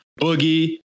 Boogie